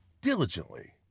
diligently